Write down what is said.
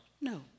no